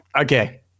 okay